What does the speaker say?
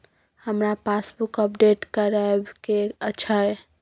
हमरा passbook update करैबे के अएछ?